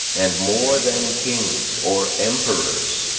and, more than kings or emperors,